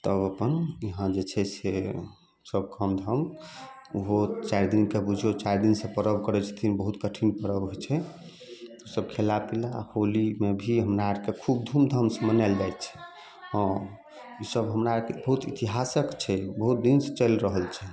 तब अपन यहाँ जे छै से सब काम धाम ओहो चारि दिनके बुझियौ चारि दिन से परब करैत छथिन बहुत कठिन परब होइत छै सब खयला पीला होलीमे भी हमरा आरके खूब धूमधामसँ मनाएल जाइत छै हँ ई सब हमरा आरके बहुत इतिहासक छै बहुत दिन से चलि रहल छै